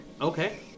Okay